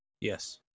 Yes